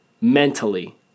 mentally